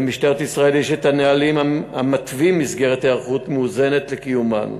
למשטרת ישראל יש נהלים המתווים מסגרת היערכות מאוזנת לקיומן,